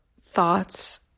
thoughts